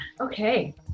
Okay